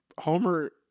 Homer